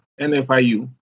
NFIU